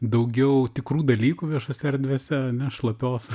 daugiau tikrų dalykų viešose erdvėse ane šlapios